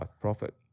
profit